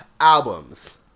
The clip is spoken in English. Albums